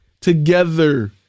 together